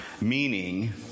meaning